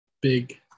big